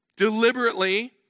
deliberately